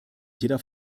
jeder